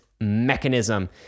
mechanism